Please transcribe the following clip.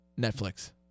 Netflix